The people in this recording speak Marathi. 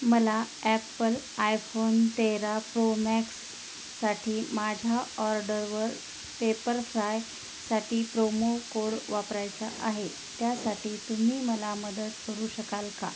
मला ॲप्पल आयफोन तेरा प्रो मॅक्स्स् साठी माझ्या ऑर्डरवर पेप्परफ्राय साठी प्रोमो कोड वापरायचा आहे त्यासाठी तुम्ही मला मदत करू शकाल का